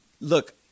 Look